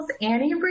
Annie